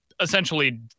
essentially